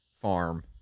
farm